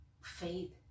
faith